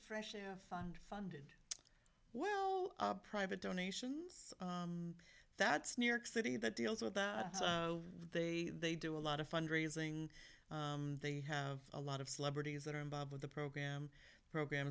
fresh air fund fund well private donations that's new york city that deals with that so they they do a lot of fund raising they have a lot of celebrities that are involved with the program program